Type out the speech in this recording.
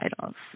titles